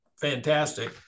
fantastic